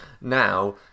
now